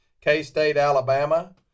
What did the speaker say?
K-State-Alabama